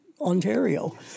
Ontario